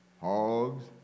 hogs